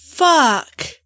Fuck